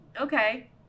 okay